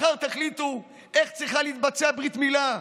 מחר תחליטו איך צריכים להתבצע ברית מילה,